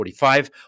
45